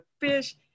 fish